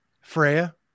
Freya